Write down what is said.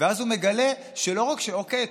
ואז הוא מגלה שלא רק שאוקיי,